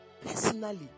Personally